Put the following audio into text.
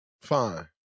Fine